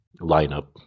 lineup